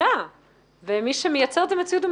מקבילה ומי שמייצר את המציאות המקבילה,